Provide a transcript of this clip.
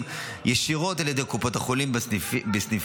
ישירות על ידי קופת החולים בסניפיה,